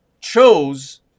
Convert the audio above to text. chose